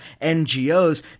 NGOs